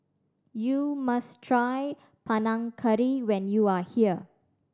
you must try Panang Curry when you are here